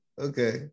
okay